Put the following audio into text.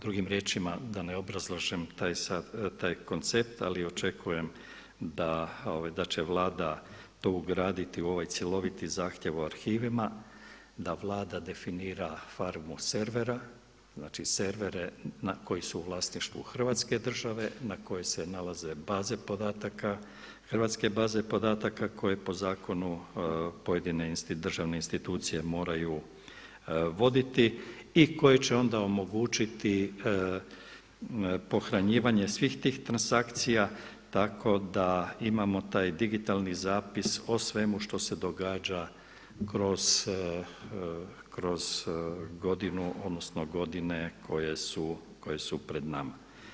Drugim riječima da ne obrazlažem taj koncept ali očekujem da će Vlada to ugraditi u ovaj cjeloviti zahtjev u arhivima, da Vlada definira farmu servera, znači servere, koji su u vlasništvu Hrvatske države na kojima se nalaze baze podataka, hrvatske baze podataka koje po zakonu pojedine državne institucije moraju voditi i koje će onda omogućiti pohranjivanje svih tih transakcija tako da imamo taj digitalni zapis o svemu što se događa kroz godinu, odnosno godine koje su pred nama.